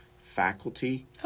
faculty